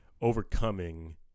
overcoming